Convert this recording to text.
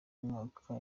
mwaka